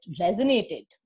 resonated